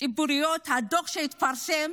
ציבוריות והדוח שהתפרסם,